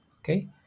okay